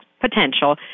Potential